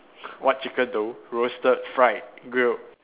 what chicken though roasted fried grilled